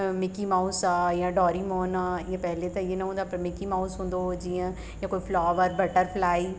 Mickey Mouse आहे या Doraemon आहे इहे पहिले त इहे न हूंदा पर मिकीमाउस हूंदो हुओ जीअं या कोई फ्लॉवर बटरफ्लाई